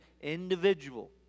individual